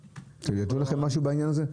ידוע לכם משהו בעניין הזה?